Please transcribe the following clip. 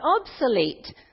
obsolete